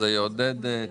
זה יעודד תעסוקה.